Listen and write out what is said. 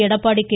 Edappadi K